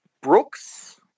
Brooks